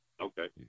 Okay